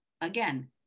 again